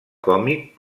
còmic